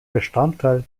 bestandteil